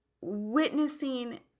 witnessing